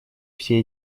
все